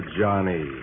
Johnny